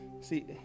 See